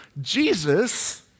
Jesus